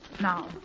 Now